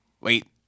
Wait